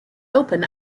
open